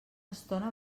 estona